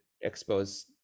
expose